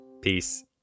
Peace